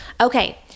Okay